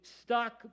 stuck